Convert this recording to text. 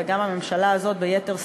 וגם הממשלה הזאת ביתר שאת,